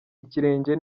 ikirenge